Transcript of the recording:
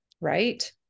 Right